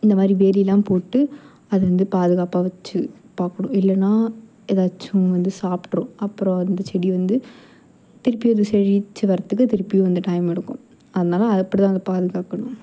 இந்த மாரி வேலிலாம் போட்டு அது வந்து பாதுகாப்பாக வச்சி பார்க்கணும் இல்லைனா ஏதாச்சும் வந்து சாப்பிட்ரும் அப்புறோம் வந்து செடி வந்து திருப்பி அது செழித்து வரதுக்கு திருப்பி வந்து டைம் எடுக்கும் அதனால அப்படி தான் வந்து பாதுகாக்கணும்